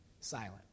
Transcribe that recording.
silent